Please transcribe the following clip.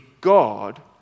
God